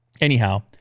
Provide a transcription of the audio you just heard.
anyhow